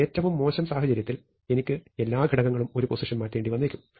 എന്നാൽ ഏറ്റവും മോശം സാഹചര്യത്തിൽ എനിക്ക് എല്ലാ ഘടകങ്ങളും ഒരു പൊസിഷൻ മാറ്റേണ്ടി വന്നേക്കും